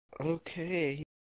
Okay